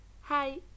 Hi